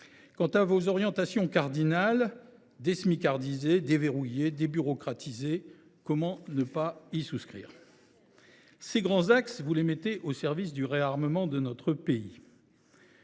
Quant à vos orientations cardinales –« désmicardiser, déverrouiller, débureaucratiser »– comment ne pas y souscrire ? Vous mettez ces grands axes au service du « réarmement » de notre pays.